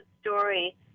story